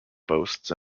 boasts